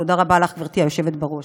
תודה רבה לך, גברתי היושבת בראש.